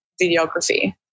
videography